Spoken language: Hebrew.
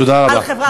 תודה רבה.